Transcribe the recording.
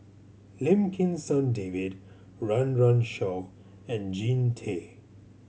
Lim Kim San David Run Run Shaw and Jean Tay